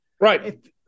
Right